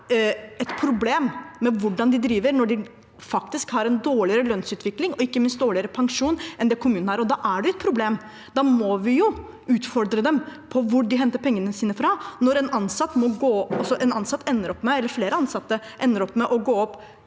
et problem med hvordan de driver, når de faktisk har en dårligere lønnsutvikling og ikke minst dårligere pensjon enn kommunen har. Da er det et problem. Da må vi utfordre dem på hvor de henter pengene sine fra. Når flere ansatte ender med å gå opp